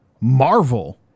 Marvel